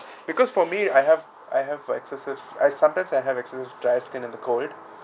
because for me I have I have for excessive I sometimes I have excessive dry skin in the cold